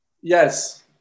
Yes